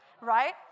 right